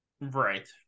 Right